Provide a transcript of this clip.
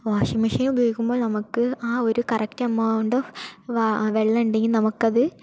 washing machine ഉപയോഗിക്കുമ്പോൾ നമുക്ക് ആ ഒരു കറക്റ്റ് എമൗണ്ട് വാ വെള്ളം ഉണ്ടെങ്കിൽ നമുക്കത്